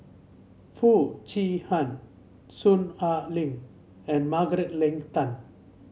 Foo Chee Han Soon Ai Ling and Margaret Leng Tan